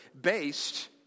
based